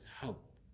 hope